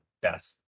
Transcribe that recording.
Best